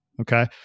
Okay